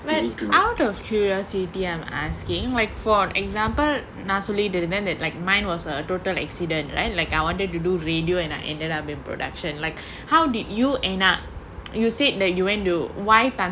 but out of curiosity I'm asking like for example நான் சொல்லிட்டுருந்தேன்:naan solliturunthaen like mine was a total accident like I wanted to do radio and I ended up in production like how did you end up you said that you went to why tantra